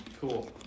Cool